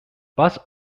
bus